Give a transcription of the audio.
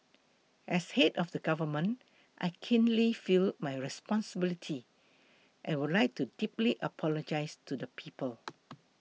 as head of the government I keenly feel my responsibility and would like to deeply apologise to the people